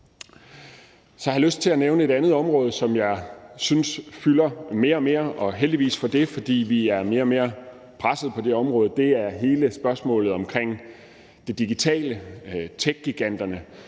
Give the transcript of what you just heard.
jeg lyst til at nævne et andet område, som jeg synes fylder mere og mere, og heldigvis for det, for vi er mere og mere presset på det område. Det er hele spørgsmålet om det digitale, om techgiganterne,